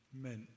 meant